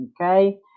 Okay